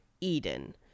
Eden